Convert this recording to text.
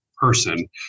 person